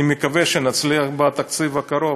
אני מקווה שנצליח בתקציב הקרוב,